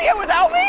yeah without